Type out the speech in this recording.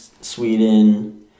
Sweden